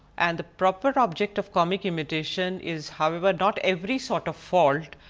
and the proper object of comic imitation is however not every sort of fault,